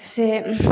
से